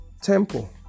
Temple